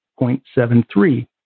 0.73